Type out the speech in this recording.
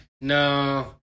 No